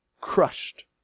Crushed